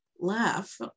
laugh